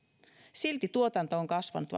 silti tuotanto on kasvanut